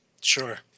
Sure